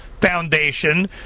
Foundation